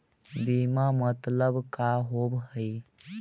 बीमा मतलब का होव हइ?